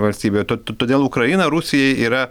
valstybė to todėl ukraina rusijai yra